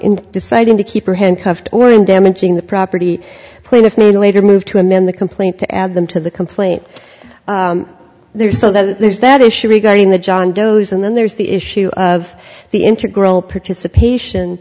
in deciding to keep or handcuffed or in damaging the property plaintiff name later moved to amend the complaint to add them to the complaint there so that there's that issue regarding the john doe's and then there's the issue of the integral participation